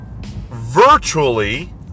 virtually